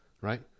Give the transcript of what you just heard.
right